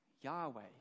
Yahweh